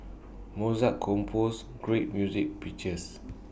Mozart composed great music pieces